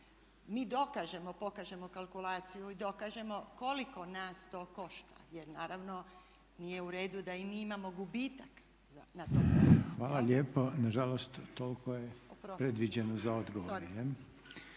Mi dokažemo, pokažemo kalkulaciju i dokažemo koliko nas to košta jer naravno nije u redu da i mi imamo gubitak na tom poslu. **Reiner, Željko (HDZ)** Hvala lijepo. Nažalost toliko je predviđeno za odgovor.